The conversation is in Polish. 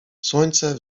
słońce